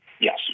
Yes